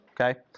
Okay